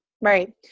Right